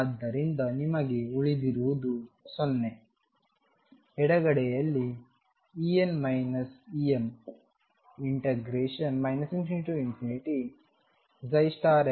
ಆದ್ದರಿಂದ ನಿಮಗೆ ಉಳಿದಿರುವುದು 0 ಎಡಗಡೆಯಲ್ಲಿ ∞mndx